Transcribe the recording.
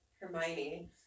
Hermione